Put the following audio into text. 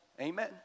amen